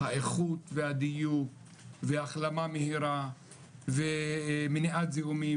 האיכות והדיוק וההחלמה המהירה ומניעת זיהומים